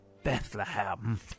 Bethlehem